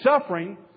suffering